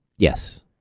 Yes